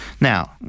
Now